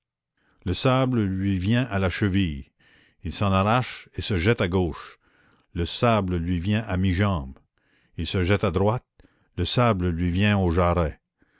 le sable lui vient à la cheville il s'en arrache et se jette à gauche le sable lui vient à mi-jambe il se jette à droite le sable lui vient aux jarrets